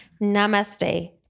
namaste